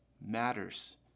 matters